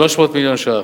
300 מיליון שקלים.